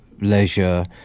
leisure